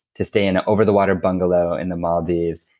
to stay in an over the water bungalow in the maldives,